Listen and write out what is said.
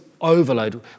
overload